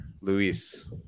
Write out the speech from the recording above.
Luis